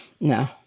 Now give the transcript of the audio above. No